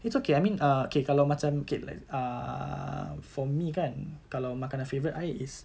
it's okay I mean err okay kalau macam okay li~ err for me kan kalau makanan favourite I is